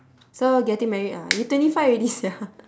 so getting married ah you twenty five already sia